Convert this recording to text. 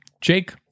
Jake